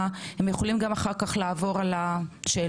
יכולים גם אחר כך לעבור על השאלות.